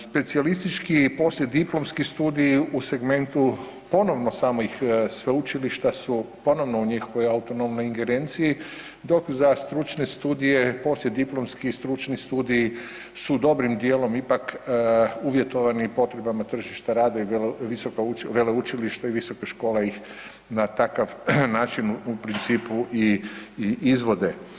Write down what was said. Specijalistički i poslijediplomski studiji ponovno samo ih sveučilišta su ponovno u njihovoj autonomnoj ingerenciji, dok za stručne studije poslijediplomski stručni studij su dobrim dijelom ipak uvjetovani potrebama tržišta rada i veleučilišta i visoke škole ih na takav način u principu i izvode.